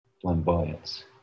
flamboyance